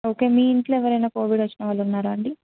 okay మీ ఇంట్లో ఎవరైనా కోవిడ్ వచ్చిన వాళ్ళు ఉన్నారా అండి